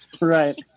Right